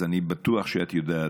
אז אני בטוח שאת יודעת,